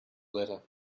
letter